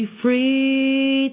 free